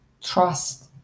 trust